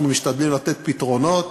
אנחנו משתדלים לתת פתרונות.